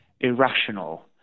irrational